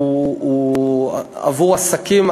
המבחן הוא עבור עסקים.